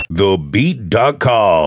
thebeat.com